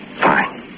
Fine